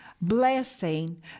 blessing